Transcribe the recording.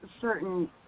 certain